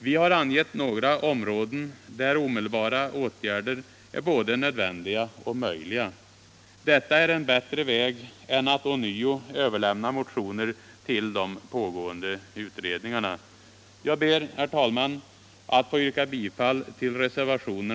Vi har angett några områden där omedelbara åtgärder är både nödvändiga och möjliga. Detta är en bättre väg än att ånvo överlämna motioner